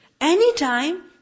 Anytime